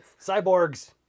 Cyborgs